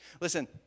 Listen